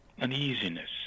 uneasiness